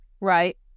Right